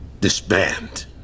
disband